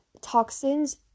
toxins